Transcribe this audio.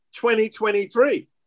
2023